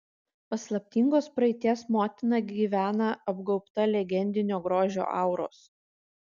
paslaptingos praeities motina gyvena apgaubta legendinio grožio auros